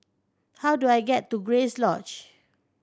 how do I get to Grace Lodge